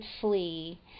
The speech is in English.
flee